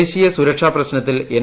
ദേശീയ സുരക്ഷാ പ്രശ്നത്തിൽ എൻ